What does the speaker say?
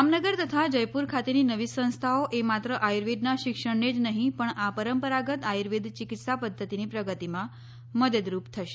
જામનગર તથા જયપુર ખાતેની નવી સંસ્થાઓ એ માત્ર આર્યુર્વેદનાં શિક્ષણને જ નહિં પણ આ પરંપરાગત આર્યુર્વેદ ચિકિત્સા પધ્ધતિની પ્રગતિમાં મદદરૂપ થશે